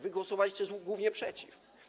Wy głosowaliście głównie przeciw.